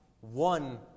one